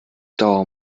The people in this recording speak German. dauer